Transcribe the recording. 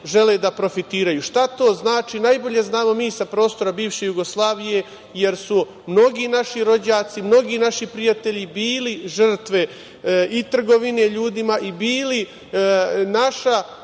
žele da profitiraju. Šta to znači najbolje znamo mi sa prostora bivše Jugoslavije, jer su mnogi naši rođaci, mnogi naši prijatelji, bili žrtve i trgovine ljudima i bili naša